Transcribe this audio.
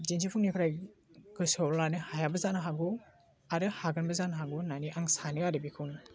दिन्थिफुंनिफ्राइ गोसोआव लानो हायाबो जानो हागौ आरो हागोनबो जानो हागौ होन्नानै आं सानो आरो बेखौनो